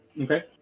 Okay